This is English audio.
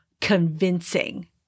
convincing